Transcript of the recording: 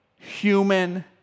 Human